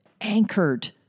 anchored